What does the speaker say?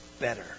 better